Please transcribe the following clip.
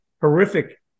horrific